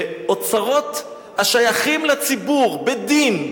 ואוצרות השייכים לציבור בדין,